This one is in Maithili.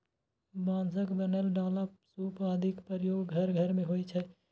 बांसक बनल डाला, सूप आदिक प्रयोग घर घर मे होइ छै